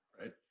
Right